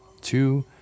two